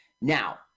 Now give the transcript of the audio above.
Now